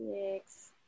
six